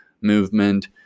movement